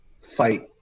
fight